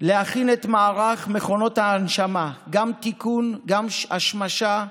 להכין את מערך מכונות ההנשמה: גם תיקון, גם השמשה,